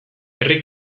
herri